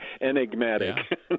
enigmatic